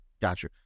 Gotcha